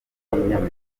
nyamirambo